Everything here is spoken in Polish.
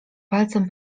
palcem